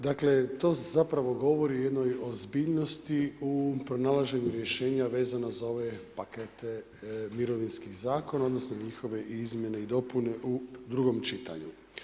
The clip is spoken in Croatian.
Dakle tu se zapravo govori o jednoj ozbiljnosti u pronalaženju rješenja vezano za ove pakete mirovinskih zakona odnosno njihove izmjene i dopune u drugom čitanju.